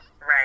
Right